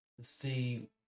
see